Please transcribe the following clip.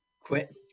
Quit